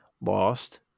Lost